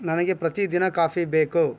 ನನಗೆ ಪ್ರತಿದಿನ ಕಾಫಿ ಬೇಕು